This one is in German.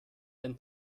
ein